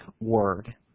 word